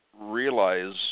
realize